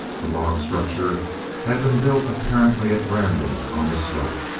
the log structure had been built apparently at random on the slope.